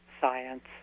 science